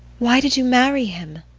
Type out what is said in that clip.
why did you marry him?